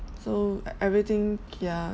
so everything ya